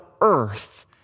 earth